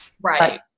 Right